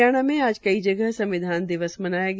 हरियाणा के आज कई जगह संविधान दिवस मनाया गया